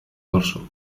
dorso